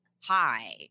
hi